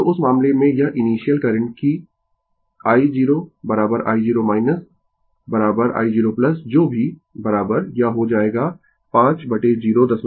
तो उस मामले में यह इनीशियल करंट कि i0 i0 i0 जो भी यह हो जाएगा 5 02